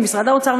ממשרד האוצר,